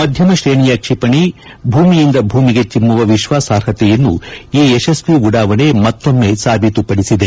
ಮಧ್ಯಮ ಶ್ರೇಣಿಯ ಕ್ಷಿಪಣಿ ಮೇಲ್ಮೈಯಿಂದ ಮೇಲ್ಮೈಗೆ ಚಿಮ್ಮುವ ವಿಶ್ವಾಸಾರ್ಹತೆಯನ್ನು ಈ ಯಶಸ್ವಿ ಉಡಾವಣೆ ಮತ್ತೊಮ್ಮೆ ಸಾಬೀತುಪದಿಸಿದೆ